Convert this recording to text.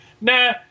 nah